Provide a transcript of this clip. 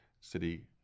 city